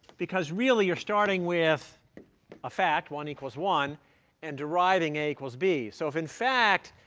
because really, you're starting with a fact one equals one and deriving a equals b. so if, in fact,